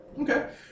Okay